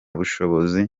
bushobozi